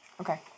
Okay